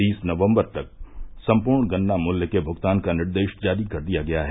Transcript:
तीस नवम्बर तक सम्पूर्ण गन्ना मूल्य के भुगतान का निर्देश जारी कर दिया गया है